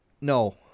No